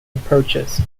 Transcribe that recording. approaches